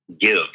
give